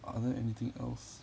are there anything else